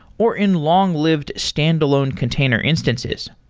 or in long-lived, standalone container instances.